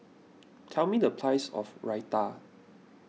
tell me the price of Raita